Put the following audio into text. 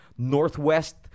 Northwest